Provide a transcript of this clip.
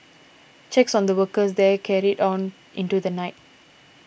checks on the workers there carried on into the night